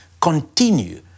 Continue